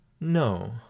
No